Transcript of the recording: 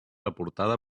aportada